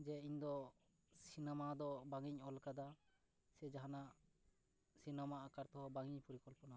ᱡᱮ ᱤᱧ ᱫᱚ ᱥᱤᱱᱮᱢᱟ ᱫᱚ ᱵᱟᱝᱤᱧ ᱚᱞ ᱟᱠᱟᱫᱟ ᱥᱮ ᱡᱟᱦᱟᱸᱱᱟᱜ ᱥᱤᱱᱮᱢᱟ ᱟᱠᱟᱨ ᱛᱮᱦᱚᱸ ᱵᱟᱝ ᱤᱧ ᱯᱚᱨᱤᱠᱚᱞᱯ ᱚᱱᱟ ᱟᱠᱟᱫᱟ